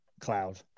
cloud